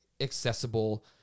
accessible